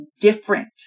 different